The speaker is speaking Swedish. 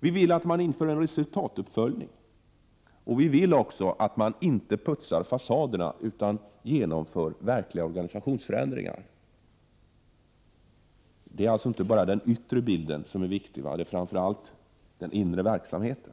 Vi vill införa resultatuppföljning, och vi vill också att inte bara fasaderna skall putsas utan att verkliga organisationsförändringar skall genomföras. Det är alltså inte bara den yttre bilden som är viktig utan framför allt den inre verksamheten.